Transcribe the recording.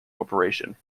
corporation